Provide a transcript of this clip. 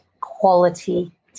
quality